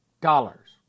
dollars